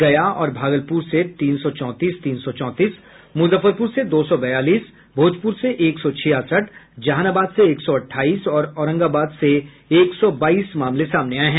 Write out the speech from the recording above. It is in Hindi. गया और भागलपुर से तीन सौ चौंतीस तीन सौ चौंतीस मुजफ्फरपुर से दो सौ बयालीस भोजपुर से एक सौ छियासठ जहानाबाद से एक सौ अट्ठाईस और औरंगाबाद से एक सौ बाईस मामले सामने आये है